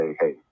Hey